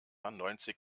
neunzig